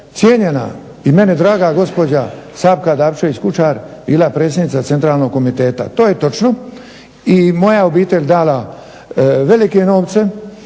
cijenjena i meni draga gospođa Savka Dabčević-Kučar bila predsjednica Centralnog komiteta to je točno i moja obitelj dala velike novce